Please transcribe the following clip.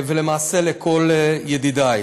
ולמעשה לכל ידידי.